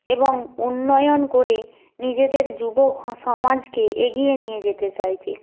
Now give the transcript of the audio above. এবং উন্নয়ন করে নিজেদের যুব সমাজকে এগিয়ে নিয়ে যেতে চাইছে